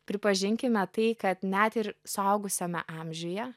pripažinkime tai kad net ir suaugusiame amžiuje